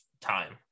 time